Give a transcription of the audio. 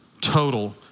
total